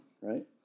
right